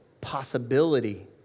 possibility